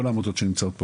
כל העמותות שנמצאות פה,